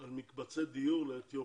על מקבצי דיור לאתיופים,